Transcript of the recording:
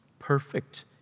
Perfect